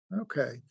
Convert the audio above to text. Okay